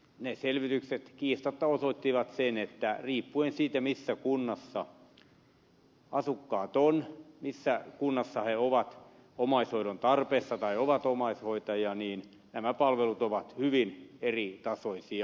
ne selvitykset kiistatta osoittivat sen että riippuen siitä missä kunnassa asukkaat on missä kunnassa he ovat omaishoidon tarpeessa tai ovat omaishoitajia niin nämä palvelut ovat hyvin eritasoisia